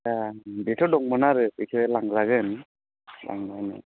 ए बेथ' दंमोन आरो बिखो लांजागोन लांजागोन